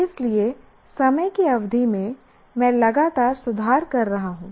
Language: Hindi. इसलिए समय की अवधि में मैं लगातार सुधार कर रहा हूं